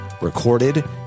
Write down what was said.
recorded